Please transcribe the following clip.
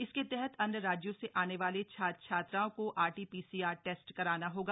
इसके तहत अन्य राज्यों से आने वाले छात्र छात्राओं को आरटी पीसीआर टेस्ट कराना होगा